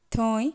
थंय